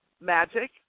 magic